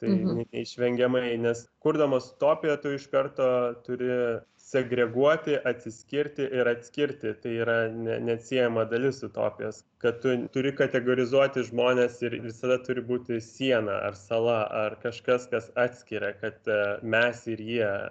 tai neišvengiamai nes kurdamas utopiją tu iš karto turi segreguoti atsiskirti ir atskirti tai yra ne neatsiejama dalis utopijos kad tu turi kategorizuoti žmones ir visada turi būti siena ar sala ar kažkas kas atskiria kad mes ir jie